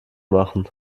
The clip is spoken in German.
machen